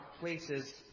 places